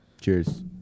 cheers